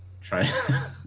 try